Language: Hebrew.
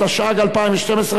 התשע"ג 2012,